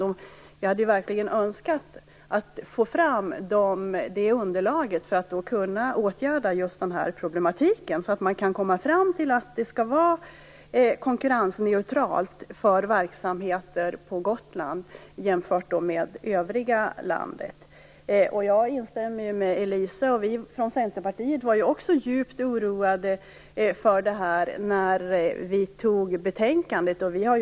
Jag hade verkligen hoppats att få fram det underlaget för att kunna åtgärda problemen. Det skall vara en konkurrensneutral situation för verksamheter på Gotland i jämförelse med övriga landet. Jag instämmer med Elisa Abascal Reyes. Vi i Centerpartiet var djupt oroade i samband med att betänkandet antogs.